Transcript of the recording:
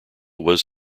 was